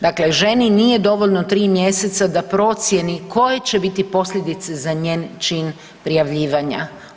Dakle ženi nije dovoljno 3 mjeseca da procijeni koje će biti posljedice za njen čin prijavljivanja.